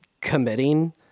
committing